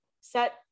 set